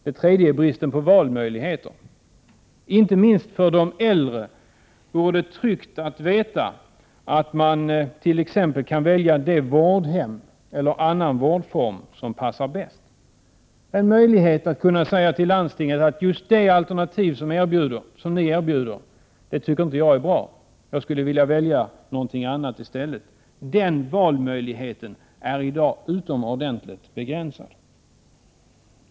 & Det tredje är bristen på valmöjligheter. Inte minst för de äldre vore det tryggt att veta att man t.ex. kan välja det vårdhem eller annan vårdform som passar bäst, att kunna säga till landstinget att den vård ni erbjuder tycker jag inte är bra. Jag väljer en annan. Valfriheten är i dag utomordentligt begränsad.